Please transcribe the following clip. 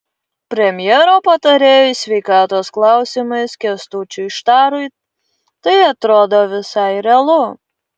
premjero patarėjui sveikatos klausimais kęstučiui štarui tai atrodo visai realu